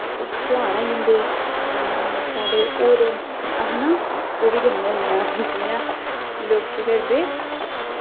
तेहरा आई जंदे जि'यां साढ़े होर अस ना ओह् बी करने होन्ने आं जि'यां लोग केह् करदे